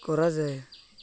କରାଯାଏ